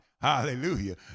hallelujah